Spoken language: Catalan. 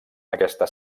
aquesta